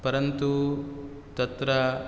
परन्तु तत्र